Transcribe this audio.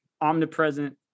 omnipresent